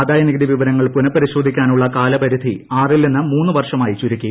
ആദായ നികുതി വിവരങ്ങൾ പുനഃപരിശോധിക്കാനുള്ള കാലപരിധി ആറിൽ നിന്ന് മൂന്ന് വർഷമാക്കി ചുരുക്കി